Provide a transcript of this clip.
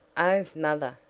oh, mother!